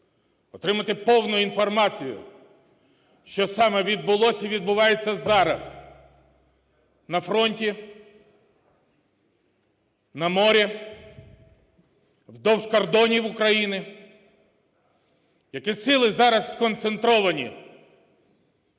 отримати повну інформацію, що саме відбулося і відбувається зараз на фронті, на морі, вздовж кордонів України, які сили зараз сконцентровані